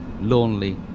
lonely